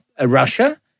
Russia